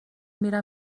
میرم